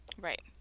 Right